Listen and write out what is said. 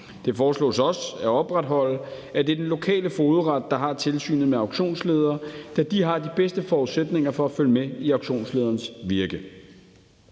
Det foreslås også at opretholde, at det er den lokale fogedret, der har tilsynet med aktionensledere, da de har de bedste forudsætninger for at følge med i auktionslederens virke.